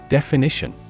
Definition